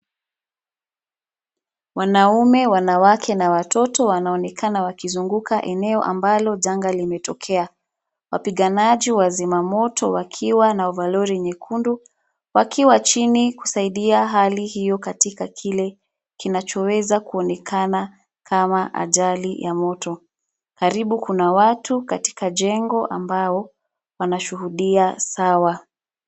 Wanaume, wanawake na watoto wanaonekana wakizunguka eneo ambalo janga limetokea. Wapiganaji, wazimamoto wakiwa na ovalori nyekundu wakiwa chini kusaidia hali hiyo katika kile kinachoweza kuonekana kama ajali ya moto. Karibu kuna watu katika jengo ambao wanashuhudia sawa.